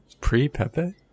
pre-pepe